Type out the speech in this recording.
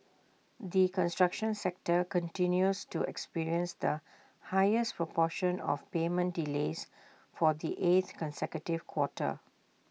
the construction sector continues to experience the highest proportion of payment delays for the eighth consecutive quarter